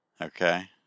Okay